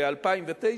ב-2009,